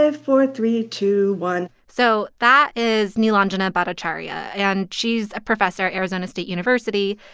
ah four, three, two, one so that is nilanjana bhattacharjya and she's a professor at arizona state university.